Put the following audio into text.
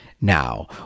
now